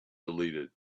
deleted